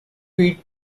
tweet